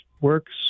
works